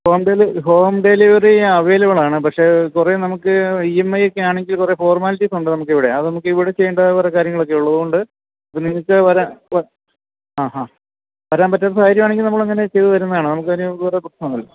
home deli home delivery അവൈലബിളാണ് പക്ഷേ കുറേ നമുക്ക് ഇ എം ഐ ഒക്കെ ആണെങ്കിൽ കുറേ ഫോർമാലിറ്റീസൊണ്ട് നമുക്ക് ഇവിടെ അത് നമുക്ക് ഇവിടെ ചെയ്യേണ്ട കുറേ കാര്യങ്ങളൊക്കെ ഉള്ളതു കൊണ്ട് നിങ്ങൾക്ക് വരാൻ ആ ആ ഹാ വരാൻ പറ്റുവാണെങ്കിൽ വരുവാണെങ്കിൽ നമ്മൾ അന്ന് തന്നെ ചെയ്ത തരുന്നതാണ് നമുക്ക് അതിന് വേറെ പ്രശ്നമൊന്നും ഇല്ലല്ലോ